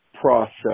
process